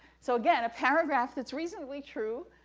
so, again, a paragraph that's reasonably true,